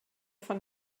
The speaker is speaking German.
von